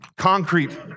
concrete